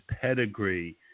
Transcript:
pedigree